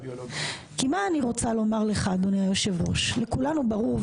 אני רוצה לומר לך אדוני היושב ראש שלכולנו ברור,